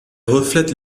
reflète